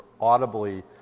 audibly